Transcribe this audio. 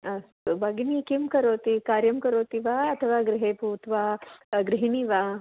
अस्तु भगिनी किं करोति कार्यं करोति वा अथवा गृहे भूत्वा गृहिणी वा